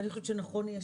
אני חושבת שנכון יהיה,